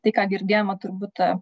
tai ką girdėjome turbūt